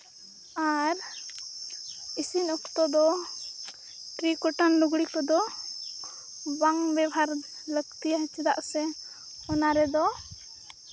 ᱟᱨ ᱤᱥᱤᱱ ᱚᱠᱛᱚ ᱫᱚ ᱴᱨᱤᱠᱚᱴᱟᱝ ᱞᱩᱜᱽᱲᱤ ᱠᱚᱫᱚ ᱵᱟᱝ ᱵᱮᱵᱷᱟᱨ ᱞᱟᱹᱠᱛᱤᱭᱟ ᱪᱮᱫᱟᱜ ᱥᱮ ᱚᱱᱟ ᱨᱮᱫᱚ